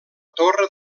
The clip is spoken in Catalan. torre